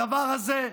הדבר הזה,